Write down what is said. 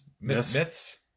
myths